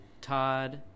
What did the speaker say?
Todd